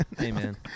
Amen